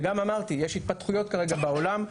גם יש התפתחויות כרגע בעולם,